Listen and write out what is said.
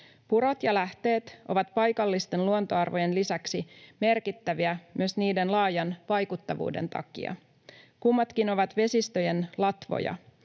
Purot ja lähteet ovat paikallisten luontoarvojen lisäksi merkittäviä myös niiden laajan vaikuttavuuden takia. Kummatkin ovat vesistöjen latvoja.